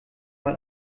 mal